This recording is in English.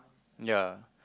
ya